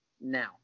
now